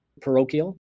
parochial